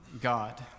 God